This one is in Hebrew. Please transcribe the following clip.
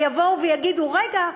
הרי יבואו ויגידו: רגע,